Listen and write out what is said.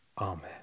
Amen